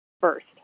First